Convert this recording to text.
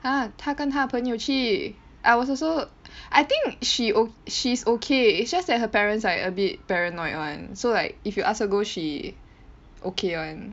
ah 她跟她朋友去 I was also I think she oh she's okay it's just that her parents like a bit paranoid [one] so like if you ask her go she okay [one]